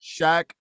Shaq